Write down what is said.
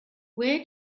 where